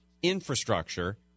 infrastructure